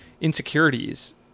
insecurities